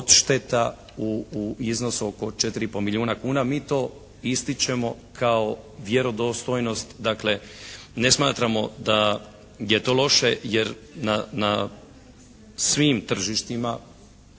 u iznosu oko 4 i pol milijuna kuna. Mi to ističemo kao vjerodostojnost. Dakle, ne smatramo da je to loše jer na svim tržištima